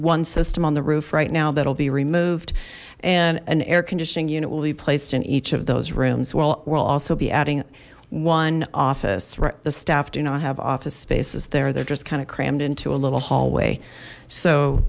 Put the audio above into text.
one system on the roof right now that'll be removed and an air conditioning unit will be placed in each of those rooms well we'll also be adding one office right the staff do not have office spaces there they're just kind of crammed into a little hallway so